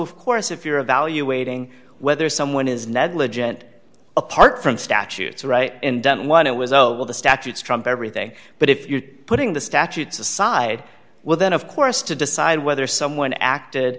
of course if you're evaluating whether someone is negligent apart from statutes or right and one it was oh well the statutes trump everything but if you're putting the statutes aside well then of course to decide whether someone acted